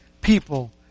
people